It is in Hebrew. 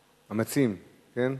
כן?